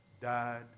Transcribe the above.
died